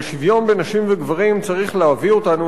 אבל שוויון בין נשים לגברים צריך להביא אותנו